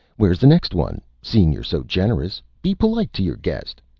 where is the next one, seeing you're so generous? be polite to your guest!